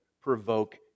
provoke